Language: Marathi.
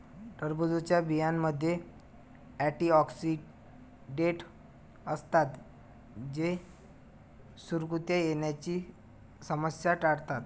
टरबूजच्या बियांमध्ये अँटिऑक्सिडेंट असतात जे सुरकुत्या येण्याची समस्या टाळतात